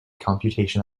computation